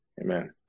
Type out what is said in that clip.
amen